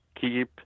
keep